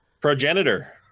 progenitor